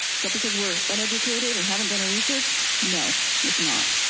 it's that because we're uneducated and haven't done our research? no, it's not.